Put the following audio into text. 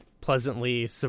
pleasantly